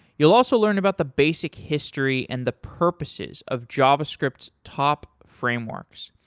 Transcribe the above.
you'll also learn about the basic history and the purposes of javascript's top frameworks.